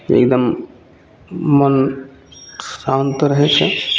एकदम मोन शान्त रहै छै